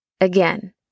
Again